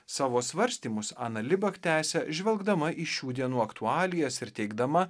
savo svarstymus analibak tęsia žvelgdama į šių dienų aktualijas ir teigdama